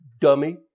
Dummy